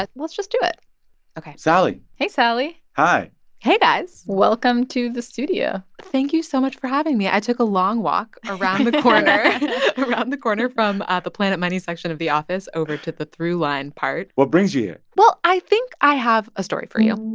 but let's just do it ok sally hey, sally hi hey, guys welcome to the studio thank you so much for having me. i took a long walk around the corner. around the corner from ah the planet money section of the office over to the throughline part what brings you here? well, i think i have a story for you